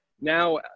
Now